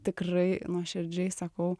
tikrai nuoširdžiai sakau